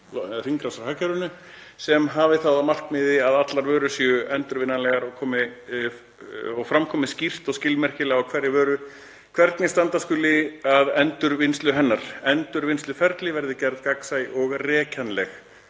í hringrásarhagkerfinu sem hafi það að markmiði að allar vörur séu endurvinnanlegar og fram komi skýrt og skilmerkilega á hverri vöru hvernig standa skuli að endurvinnslu hennar. Endurvinnsluferli verði gerð gagnsæ og rekjanleg.